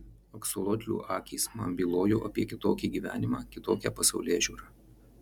aksolotlių akys man bylojo apie kitokį gyvenimą kitokią pasaulėžiūrą